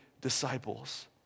disciples